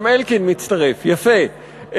גם אלקין מצטרף, יפה,